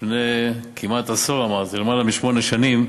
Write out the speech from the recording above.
לפני כמעט עשור, למעלה משמונה שנים,